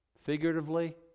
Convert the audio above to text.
Figuratively